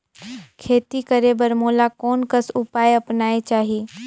खेती करे बर मोला कोन कस उपाय अपनाये चाही?